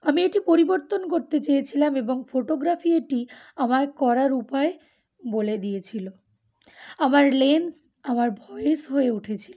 আমি এটি পরিবর্তন করতে চেয়েছিলাম এবং ফটোগ্রাফি এটি আমায় করার উপায় বলে দিয়েছিলো আমার লেন্স আমার ভয়েস হয়ে উঠেছিলো